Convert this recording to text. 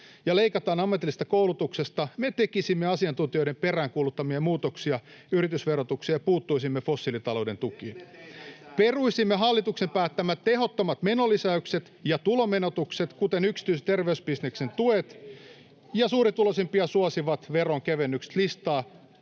ja leikataan ammatillisesta koulutuksesta, me tekisimme asiantuntijoiden peräänkuuluttamia muutoksia yritysverotukseen ja puuttuisimme fossiilitalouden tukiin. [Ben Zyskowiczin välihuuto] Peruisimme hallituksen päättämät tehottomat menolisäykset ja tulonmenetykset, [Mauri Peltokangas: Säästöt kehiin!] kuten yksityisen terveysbisneksen tuet ja suurituloisimpia suosivat veronkevennykset — listaa